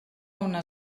una